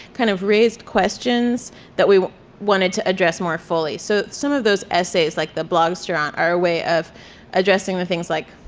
kind of raised questions that we wanted to address more fully, so some of those essays, like the blogstaurant, are a way of addressing the things like,